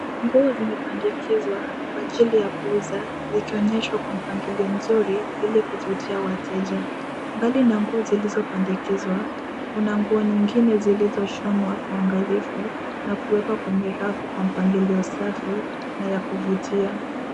Nguo zimepandikizwa, kwa ajili ya kuuza ,zikionyeshwa kwa mpangilio mzuri ili kuvutia wateja .Mbali na nguo zilizopandikizwa Kuna nguo nyingine, zilizoshonwa kwa uangalifu na kuekwa kwenye rafu kwa mpangilio safi na ya kuvutia.